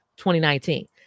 2019